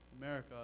America